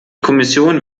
kommission